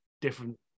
different